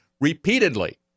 repeatedly